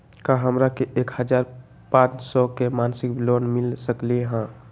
का हमरा के एक हजार पाँच सौ के मासिक लोन मिल सकलई ह?